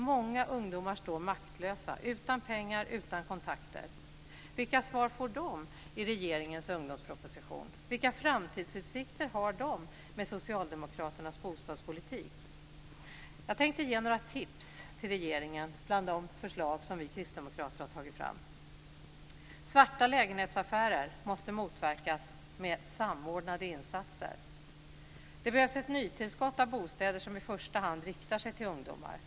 Många ungdomar står maktlösa, utan pengar och utan kontakter. Vilka svar får de i regeringens ungdomsproposition? Vilka framtidsutsikter har de med Socialdemokraternas bostadspolitik? Jag vill ge några tips till regeringen bland de förslag som vi kristdemokrater har tagit fram: - Svarta lägenhetsaffärer måste motverkas med samordnade insatser. - Det behövs ett nytillskott av bostäder som i första hand riktar sig till ungdomar.